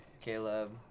Caleb